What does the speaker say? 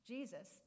Jesus